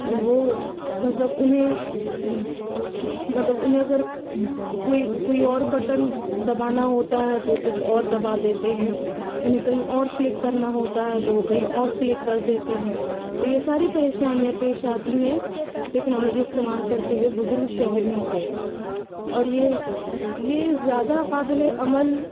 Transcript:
وہ مطلب انہیں مطلب انہیں اگر کوئی کوئی اور بٹن ڈبانا ہوتا ہے تو کچھ اور دبا دیتے ہیں انہیں کہیں اور کلک کرنا ہوتا ہے تو وہ کہیں اور کلک کر دیتے ہیں تو یہ ساری پریشانیاں پیش آتی ہیں ٹیکنالوجی استعمال کرتے ہوئے بزرگ شہریوں کو اور یہ یہ زیادہ قابلِ عمل